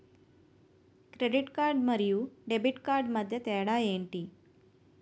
Credit card మరియు debit card మధ్య తేడా ఎంటి?